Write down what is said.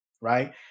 right